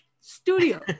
studio